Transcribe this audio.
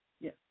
Yes